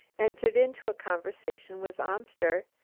entered into a conversation with amster,